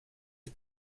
het